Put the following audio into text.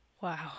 Wow